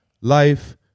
life